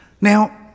Now